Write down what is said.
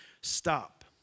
stop